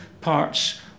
parts